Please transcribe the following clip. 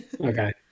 Okay